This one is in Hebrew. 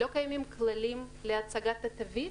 לא קיימים כללים להצגת התווית